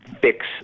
fix